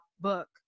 book